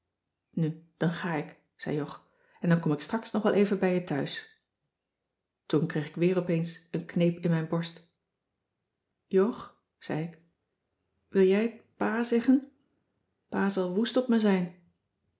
nu dan ga ik zei jog en dan kom ik straks nog wel even bij je thuis toen kreeg ik weer opeens een kneep in mijn borst jog zei ik wil jij het pa zeggen pa zal woest op me zijn